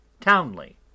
Townley